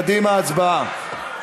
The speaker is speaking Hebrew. קדימה, הצבעה.